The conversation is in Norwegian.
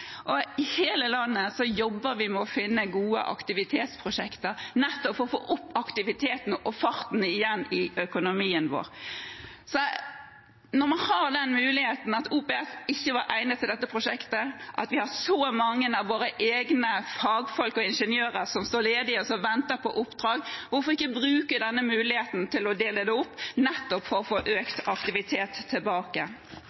I hele landet jobber vi med å finne gode aktivitetsprosjekter, nettopp for å få opp igjen aktiviteten og farten i økonomien. Når man har den muligheten, at OPS ikke var egnet til dette prosjektet, og vi har så mange av våre egne fagfolk og ingeniører som står ledige og venter på oppdrag – hvorfor ikke bruke denne muligheten til å dele det opp, nettopp for å få